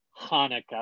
Hanukkah